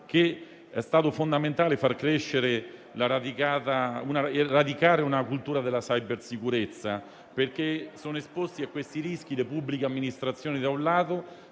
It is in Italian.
è stato fondamentale far crescere una radicata cultura della cybersicurezza, perché sono esposti ai rischi le pubbliche amministrazioni da un lato,